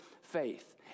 faith